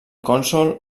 consol